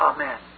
Amen